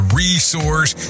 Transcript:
resource